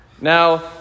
Now